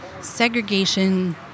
segregation